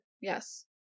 yes